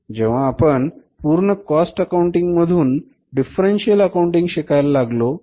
जेव्हा आपण पूर्ण कॉस्ट अकाऊंटिंग मधून डिफरन्सियल अकाउंटिंग शिकायला लागलो